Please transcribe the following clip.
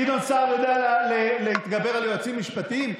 גדעון סער יודע להתגבר על יועצים משפטיים?